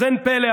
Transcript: אז אין פלא,